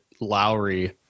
Lowry